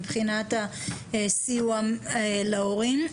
מבחינת הסיוע להורים.